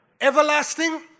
everlasting